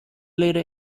later